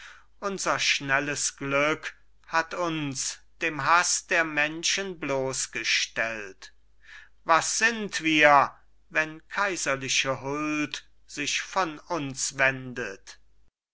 unser schnelles glück hat uns dem haß der menschen bloßgestellt was sind wir wenn kaiserliche huld sich von uns wendet